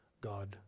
God